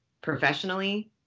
professionally